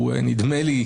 הכרחי.